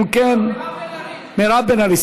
אם כן, לא, מירב בן ארי.